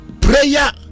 prayer